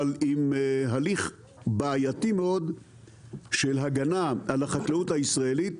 אבל עם הליך בעייתי מאוד של הגנה על החקלאות הישראלית,